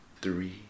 three